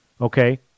Okay